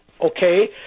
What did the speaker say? okay